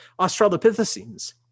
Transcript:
Australopithecines